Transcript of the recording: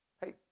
Hey